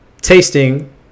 tasting